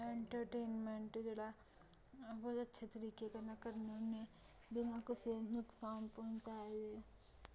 entertainment जेह्ड़ा बड़े अच्छे तरीके कन्नै करने होन्ने बिना किसै नुकसान पहुंचाए दे